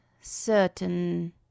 certain